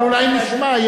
אבל אולי נשמע,